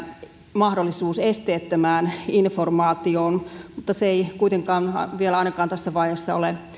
mahdollisuus esteettömään informaatioon mutta se ei kuitenkaan vielä ainakaan tässä vaiheessa